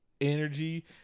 energy